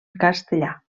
castellà